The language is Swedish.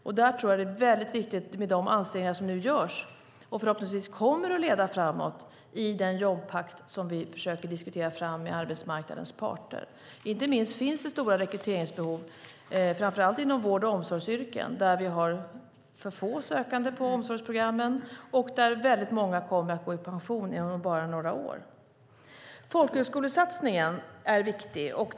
Där tror jag att det är väldigt viktigt med de ansträngningar som nu görs och förhoppningsvis kommer att leda framåt i den jobbpakt som vi försöker diskutera fram med arbetsmarknadens parter. Inte minst finns det stora rekryteringsbehov, framför allt inom vård och omsorgsyrken. Vi har för få sökande på omsorgsprogrammen, och väldigt många kommer att gå i pension inom bara några år. Folkhögskolesatsningen är viktig.